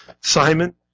Simon